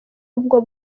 ubwo